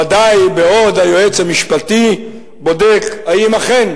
ודאי בעוד היועץ המשפטי בודק אם אכן